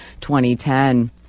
2010